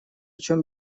чем